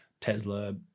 Tesla